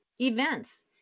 events